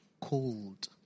cold